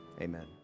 amen